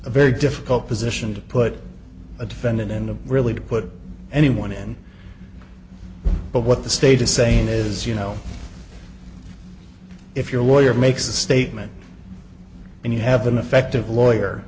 a very difficult position to put a defendant in to really put anyone in but what the state is saying is you know if your lawyer makes a statement and you have been effective lawyer